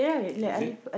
is it